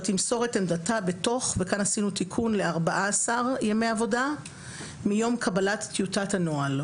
תמסור את עמדתה בתוך 14 ימי עבודה מיום קבלת טיוטת הנוהל,